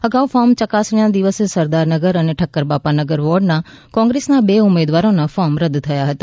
અગાઊ form ચકાસણીના દિવસે સરદારનગર અને ઠક્કરબાપાનગર વોર્ડમાં કોંગ્રેસના બે ઉમેદવારોના ફોર્મ રદ્દ થયા હતા